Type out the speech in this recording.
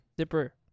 Zipper